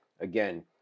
again